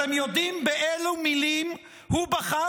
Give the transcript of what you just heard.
אתם יודעים באילו מילים הוא בחר?